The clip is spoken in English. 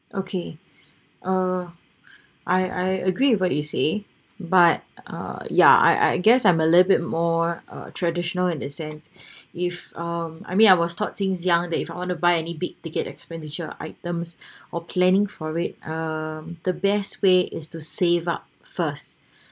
okay ah I I agree with what you say but ah yeah I I guess I'm a little bit more uh traditional in the sense if um I mean I was taught since young that if I want to buy any big ticket expenditure items or planning for it um the best way is to save up first